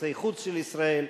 יחסי החוץ של ישראל,